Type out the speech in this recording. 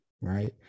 right